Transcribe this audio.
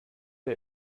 der